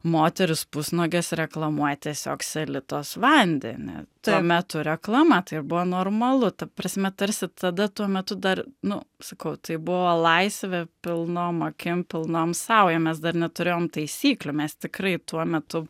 moterys pusnuogės reklamuoja tiesiog selitos vandenį tuo metu reklama tai buvo normalu ta prasme tarsi tada tuo metu dar nu sakau tai buvo laisvė pilnom akim pilnom saujom mes dar neturėjom taisyklių mes tikrai tuo metu